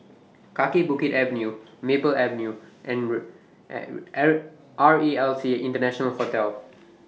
Kaki Bukit Avenue Maple Avenue and R E L C International Hotel